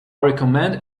recommend